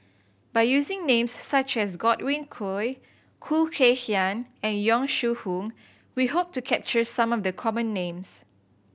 by using names such as Godwin Koay Khoo Kay Hian and Yong Shu Hoong we hope to capture some of the common names